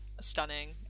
Stunning